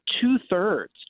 two-thirds